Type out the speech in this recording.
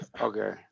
Okay